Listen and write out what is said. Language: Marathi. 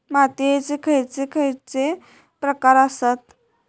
मातीयेचे खैचे खैचे प्रकार आसत?